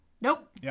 Nope